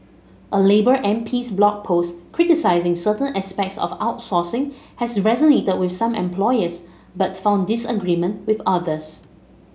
a labour MP's blog post criticising certain aspects of outsourcing has resonated with some employers but found disagreement with others